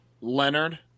Leonard